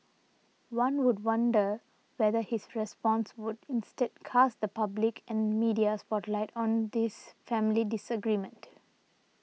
one would wonder whether his response would instead cast the public and media spotlight on this family disagreement